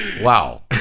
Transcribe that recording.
Wow